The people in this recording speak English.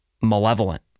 malevolent